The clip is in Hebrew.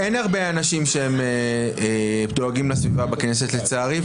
אין הרבה אנשים שדואגים לסביבה בכנסת, לצערי.